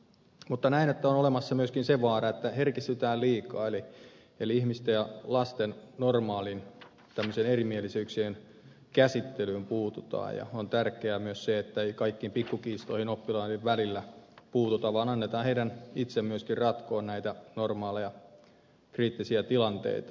mutta näen että on olemassa myöskin se vaara että herkistytään liikaa eli ihmisten ja lasten normaaliin tämmöiseen erimielisyyksien käsittelyyn puututaan ja on tärkeää myös se että ei kaikkiin pikkukiistoihin oppilaiden välillä puututa vaan annetaan heidän itse myöskin ratkoa näitä normaaleja kriittisiä tilanteita